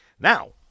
Now